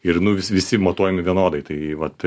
ir nu vis visi matuojami vienodai tai vat